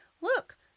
Look